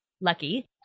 lucky